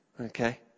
Okay